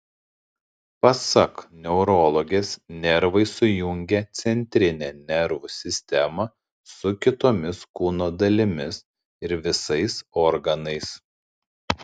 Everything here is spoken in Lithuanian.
pasak neurologės nervai sujungia centrinę nervų sistemą su kitomis kūno dalimis ir visais organais